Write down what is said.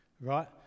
right